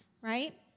right